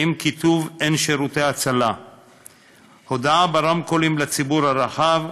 ועם כיתוב "אין שירותי הצלה"; 5. הודעה ברמקולים לציבור הרחב,